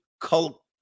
cult